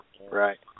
Right